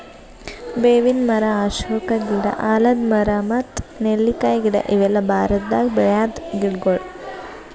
ಬೇವಿನ್ ಮರ, ಅಶೋಕ ಗಿಡ, ಆಲದ್ ಮರ ಮತ್ತ್ ನೆಲ್ಲಿಕಾಯಿ ಗಿಡ ಇವೆಲ್ಲ ಭಾರತದಾಗ್ ಬೆಳ್ಯಾದ್ ಗಿಡಗೊಳ್